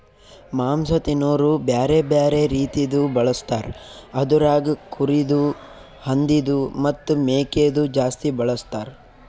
ಮಾಂಸ ತಿನೋರು ಬ್ಯಾರೆ ಬ್ಯಾರೆ ರೀತಿದು ಬಳಸ್ತಾರ್ ಅದುರಾಗ್ ಕುರಿದು, ಹಂದಿದು ಮತ್ತ್ ಮೇಕೆದು ಜಾಸ್ತಿ ಬಳಸ್ತಾರ್